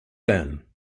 then